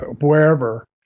wherever